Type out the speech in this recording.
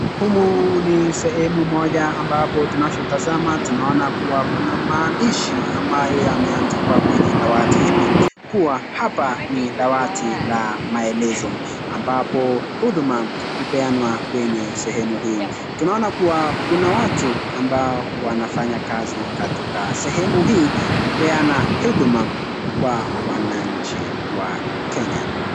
Humumu ni sehemu moja ambapo tunashotazama, tunaona kuwa kuna maandishi ambayo yameandikwa kwenye dawati hili, kuwa hapa ni dawati la maelezo, ambapo huduma hupeanwa kwenye sehemu hii. Tunaona kuwa kuna watu ambao wanafanya kazi katika sehemu hii, kupeana huduma kwa wananchi wa Kenya.